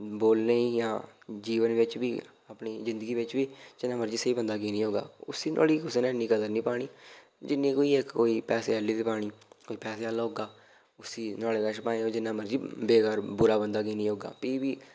बोलने गी जां जीवन बिच बी अपनी जिंदगी बिच बी जिन्ना मर्जी स्हेई बंदा कि नी होगा उसी नुआढ़ी कुसै ने इन्नी कदर नी पानी जिन्नी कोई इक कोई पैसे आह्ले दी पानी कोई पैसे आह्ला होगा उसी नुआढ़े कश भाएं कोई जिन्ना मर्जी बेकार बुरा बंदा की नी होगा फ्ही बी